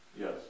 Yes